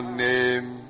name